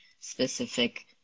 specific